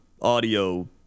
audio